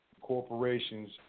corporations